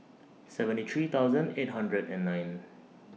seventy three thousand eight hundred and nine